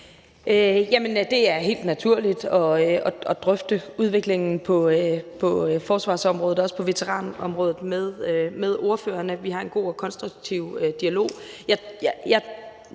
det er helt naturligt at drøfte udviklingen på forsvarsområdet, også på veteranområdet, med ordførerne. Vi har en god og konstruktiv dialog.